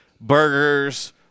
burgers